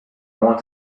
want